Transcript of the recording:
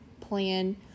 plan